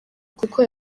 kuko